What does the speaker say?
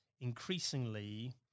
increasingly